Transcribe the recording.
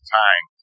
time